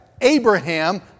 Abraham